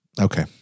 Okay